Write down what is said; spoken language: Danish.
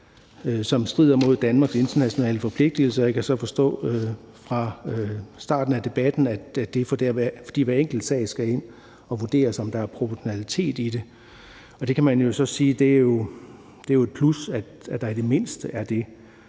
som strider mod Danmarks internationale forpligtigelser. Jeg kan så forstå ud fra starten af debatten, at det er, fordi hver enkelt sag skal ind og vurderes, i forhold til om der er proportionalitet i det. Man kan jo så sige, at det er et plus, at det i det mindste er